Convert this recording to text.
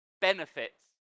benefits